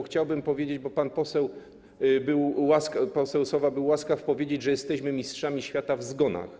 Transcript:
Chciałbym powiedzieć, że pan poseł Sowa był łaskaw powiedzieć, że jesteśmy mistrzami świata w zgonach.